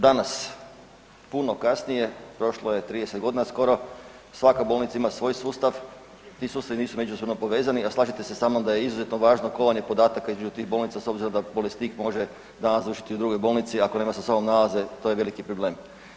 Danas, puno kasnije, prošlo je 30.g. skoro, svaka bolnica ima svoj sustav, ti sustavi nisu međusobno povezani, a slažete se sa mnom da je izuzetno važno kolanje podataka između tih bolnica s obzirom da bolesnik može danas završiti u drugoj bolnici, ako nema sa sobom nalaze to je veliki problem.